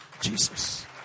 Jesus